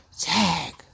Tag